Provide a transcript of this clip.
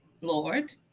Lord